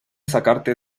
sacarte